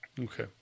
Okay